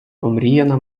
омріяна